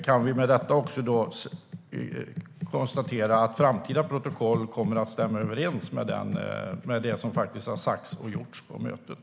Kan vi med detta konstatera att framtida protokoll kommer att stämma överens med det som faktiskt har sagts och gjorts på mötet?